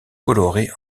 colorés